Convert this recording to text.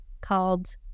called